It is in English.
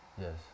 yes